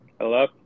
Hello